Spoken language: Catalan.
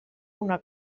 una